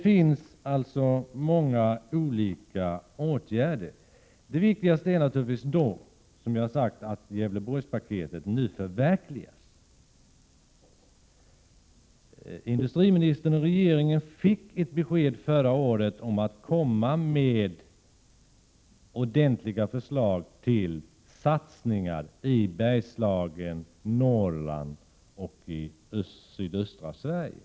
Man kan alltså vidta många åtgärder. De viktigaste är de som kan förverkligas genom Gävleborgspaketet. Industriministern och regeringen fick en uppmaning förra året att komma med förslag till ordentliga satsningar i Bergslagen, Norrland och i sydöstra Sverige.